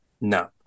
No